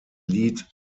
lied